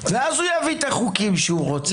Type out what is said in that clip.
ואז הוא יביא את החוקים שהוא רוצה.